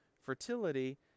fertility